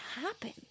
happen